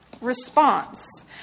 response